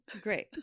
Great